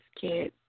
kids